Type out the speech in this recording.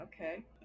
okay